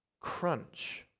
crunch